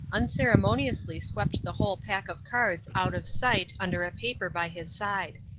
unceremoniously swept the whole pack of cards out of sight under a paper by his side.